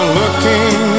looking